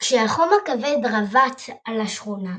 כשהחם הכבד רבץ על השכונה,